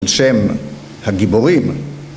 על שם הגיבורים